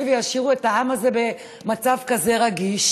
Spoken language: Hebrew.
וישאיר את העם הזה במצב כזה רגיש?